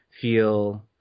feel